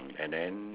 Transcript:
and then